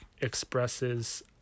expresses